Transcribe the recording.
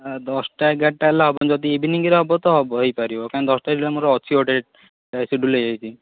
ଦଶଟା ଏଗାରଟା ହେଲେ ହବନି ଯଦି ଇଭିନିଂରେ ହବ ତ ହବ ହେଇପାରିବ କାଇଁନା ଦଶଟାବେଳେ ମୋର ଅଛି ଗୋଟେ ସିଡୁଲ୍ ହେଇଯାଇଛି